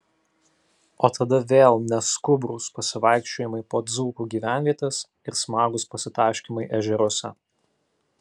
o tada vėl neskubrūs pasivaikščiojimai po dzūkų gyvenvietes ir smagūs pasitaškymai ežeruose